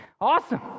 awesome